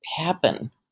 happen